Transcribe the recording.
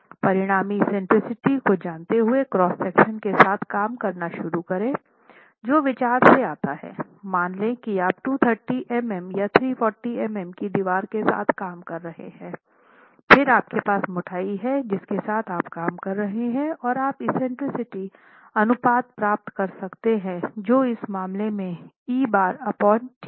परिणामी एक्सेंट्रिसिटी को जानते हुए क्रॉस सेक्शन के साथ काम करना शुरू करें जो विचार से आता है मान ले कि आप 230 मिमी या 340 मिमी की दीवार के साथ काम कर रहे हैं फिर आपके पास मोटाई है जिसके साथ आप काम कर रहे हैं और आप एक्सेंट्रिसिटी अनुपात प्राप्त कर सकते हैं जो इस मामले में t होगा